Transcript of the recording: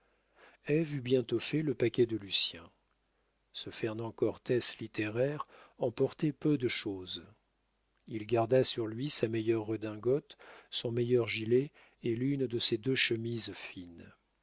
eut bientôt fait le paquet de lucien ce fernand cortès littéraire emportait peu de chose il garda sur lui sa meilleure redingote son meilleur gilet et l'une de ses deux chemises fines